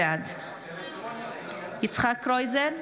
בעד יצחק קרויזר,